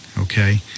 okay